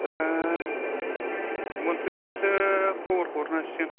दा मोनफैब्लासो खबर हरनो हासिगोन